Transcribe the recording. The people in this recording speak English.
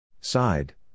Side